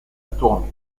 tournée